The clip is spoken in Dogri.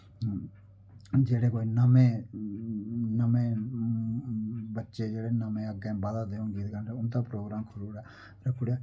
जेह्ड़े कोई नमें नमें बच्चे जेह्ड़े नमें अग्गैें बधा दे होन गे ते उं'दा प्रोग्राम रक्खी ओड़ेआ